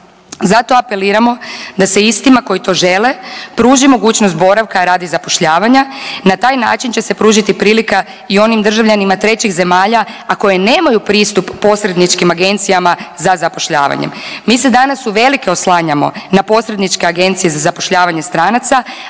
Zato apeliramo da se istima koji to žele pruži mogućnost boravka radi zapošljavanja. Na taj način će se pružiti prilika i onim državljanima trećih zemalja, a koje nemaju pristup posredničkim agencijama za zapošljavanjem. Mi se danas uvelike oslanjamo na posredničke agencije za zapošljavanje stranaca,